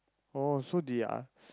oh they are